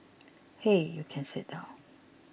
hey you can sit down